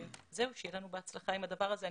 שיהיה לנו בהצלחה עם הדבר הזה.